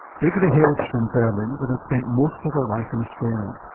brigitte hails from berlin, but has spent most of her life in australia.